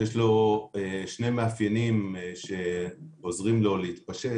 שיש לו שני מאפיינים שעוזרים לו להתפשט: